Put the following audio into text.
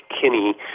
Kinney